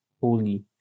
holy